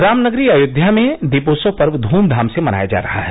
रामनगरी अयोध्या में दीपोत्सव पर्व धूमधाम से मनाया जा रहा है